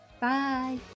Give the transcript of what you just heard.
Bye